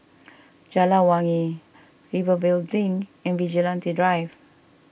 Jalan Wangi Rivervale Link and Vigilante Drive